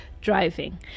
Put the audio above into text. driving